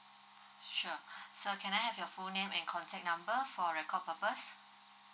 sure sir can I have your full name and contact number for record purpose